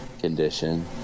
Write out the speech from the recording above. condition